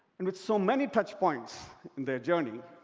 and with so many touchpoints in their journey,